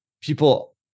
people